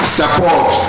support